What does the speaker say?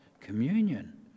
communion